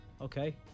Okay